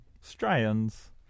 Strains